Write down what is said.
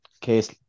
case